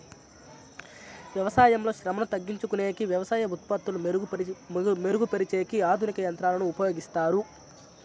వ్యవసాయంలో శ్రమను తగ్గించుకొనేకి వ్యవసాయ ఉత్పత్తులు మెరుగు పరిచేకి ఆధునిక యంత్రాలను ఉపయోగిస్తారు